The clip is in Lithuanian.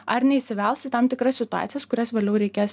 ar neįsivels į tam tikras situacijas kurias vėliau reikės